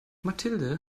mathilde